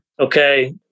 Okay